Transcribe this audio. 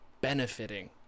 benefiting